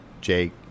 Jake